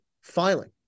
filing